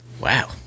Wow